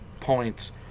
points